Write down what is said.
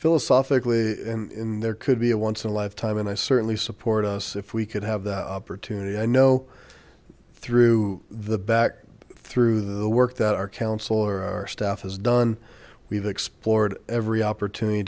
philosophically in there could be a once in a lifetime and i certainly support us if we could have the opportunity i know through the back through the work that our counselor staff has done we've explored every opportunity